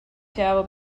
tower